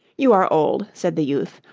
you are old said the youth,